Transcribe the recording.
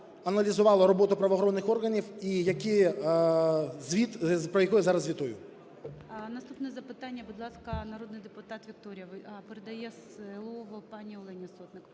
аналізувала роботу правоохоронних органів, і які… про яку я зараз звітую. ГОЛОВУЮЧИЙ. Наступне запитання. Будь ласка, народний депутат Вікторія… А, передає слово пані Олені Сотник.